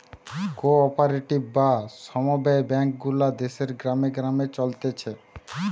co operative বা সমব্যায় bank গুলা দেশের গ্রামে গ্রামে চলতিছে